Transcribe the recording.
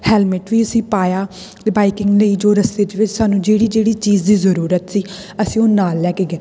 helmet ਵੀ ਅਸੀਂ ਪਾਇਆ ਅਤੇ ਬਾਈਕਿੰਗ ਲਈ ਜੋ ਰਸਤੇ ਦੇ ਵਿੱਚ ਸਾਨੂੰ ਜਿਹੜੀ ਜਿਹੜੀ ਚੀਜ਼ ਦੀ ਜ਼ਰੂਰਤ ਸੀ ਅਸੀਂ ਉਹ ਨਾਲ ਲੈ ਕੇ ਗਏ